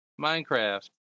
Minecraft